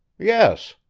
yes,